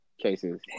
Cases